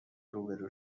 روبرو